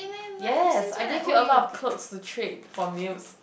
yes I give you a lot of clothes to trade for meals